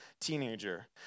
teenager